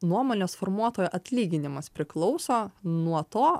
nuomonės formuotojo atlyginimas priklauso nuo to